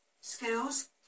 skills